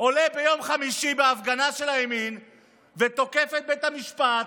עולה ביום חמישי בהפגנה של הימין ותוקף את בית המשפט,